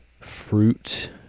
fruit